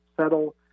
settle